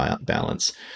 balance